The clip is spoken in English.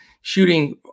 shooting